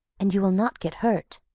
and you will not get hurt.